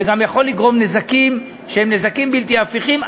זה גם יכול לגרום נזקים שהם נזקים בלתי הפיכים.